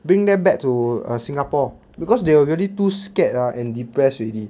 bring them back to err singapore because they were really too scared ah and depress already